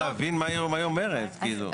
לא, אני רוצה להבין מה היא אומרת כאילו.